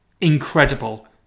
Incredible